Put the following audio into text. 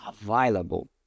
available